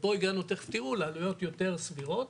ופה הגענו, תיכף תראו, לעלויות יותר סבירות,